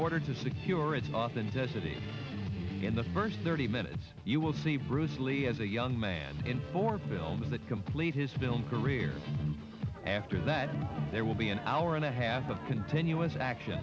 order to secure its authenticity in the first thirty minutes you will see bruce lee as a young man or builds the complete his film career after that there will be an hour and a half of continuous action